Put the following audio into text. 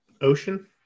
ocean